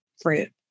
fruit